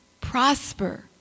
prosper